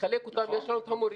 נחלק אותם באמצעות המורים.